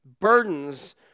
burdens